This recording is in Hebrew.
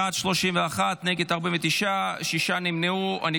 בעד, 31, נגד, 49, נמנעים, שישה.